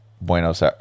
Buenos